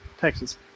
Texas